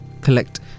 collect